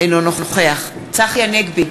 אינו נוכח צחי הנגבי,